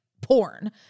porn